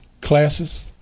classes